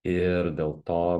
ir dėl to